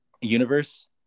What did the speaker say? universe